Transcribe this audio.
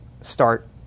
start